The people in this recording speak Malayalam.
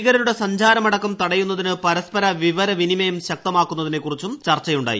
ഭീകരരുടെ സഞ്ചാരം അടക്കം തടയുന്നതിന് പരസ്പര വിവര വിനിമയം ശക്തമാക്കുന്നതിനെക്കുറിച്ചും ചർച്ചയുണ്ടായി